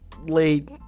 late